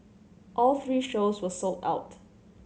all three shows were sold out